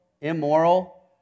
immoral